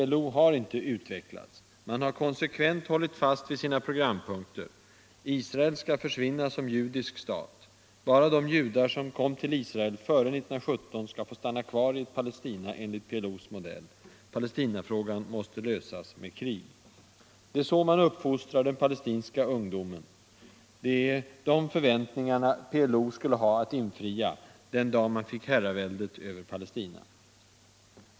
PLO har inte utvecklats. Man har konsekvent hållit fast vid sina programpunkter. Israel skall försvinna som judisk stat. Bara de judar som kom till Israel före 1917 skall få stanna kvar i ett Palestina enligt PLO:s modell. Palestinafrågan måste lösas med krig. Det är så man uppfostrar den palestinska ungdomen. Det är de förväntningarna PLO skulle ha att infria den dag man fick herraväldet över Palestina.